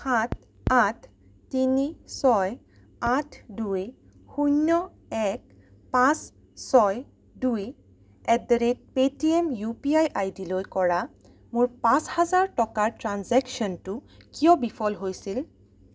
সাত আঠ তিনি ছয় আঠ দুই শূন্য এক পাঁচ ছয় দুই at the rate Paytm U P I I ডিলৈ কৰা মোৰ পাঁচ হাজাৰ টকাৰ ট্ৰেঞ্জেক্শ্য়নটো কিয় বিফল হৈছিল